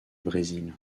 brésil